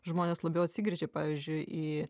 žmonės labiau atsigręžia pavyzdžiui į